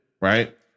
right